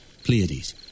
Pleiades